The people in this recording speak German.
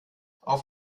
auf